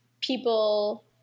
people –